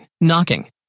Knocking